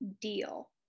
deal